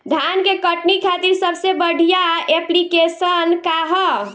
धान के कटनी खातिर सबसे बढ़िया ऐप्लिकेशनका ह?